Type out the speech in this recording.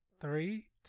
Three